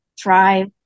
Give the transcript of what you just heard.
thrive